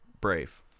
brave